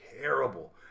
terrible